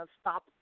stop